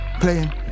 playing